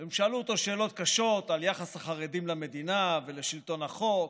הם שאלו אותו שאלות קשות על יחס החרדים למדינה ולשלטון החוק,